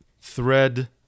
thread